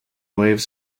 waves